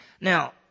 Now